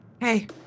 Hey